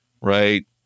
right